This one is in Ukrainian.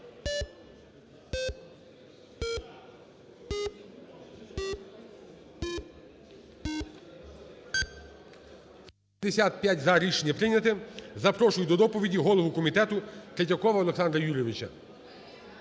За-155 Рішення прийняте. Запрошую до доповіді голову комітету Третьякова Олександра Юрійовича.